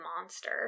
monster